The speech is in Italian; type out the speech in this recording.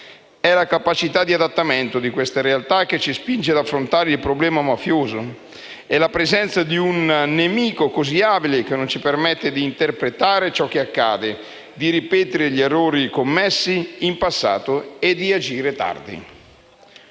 È la capacità di adattamento di queste realtà che ci spinge ad affrontare il problema mafioso; è la presenza di un nemico così abile che non ci permette di interpretare ciò che accade, di ripetere gli errori commessi in passato e di agire tardi.